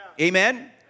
Amen